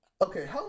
Okay